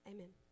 Amen